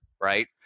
Right